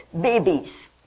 babies